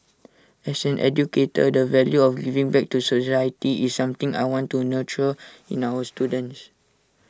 as an educator the value of giving back to society is something I want to nurture in our students